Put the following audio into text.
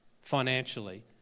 financially